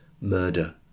murder